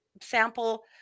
sample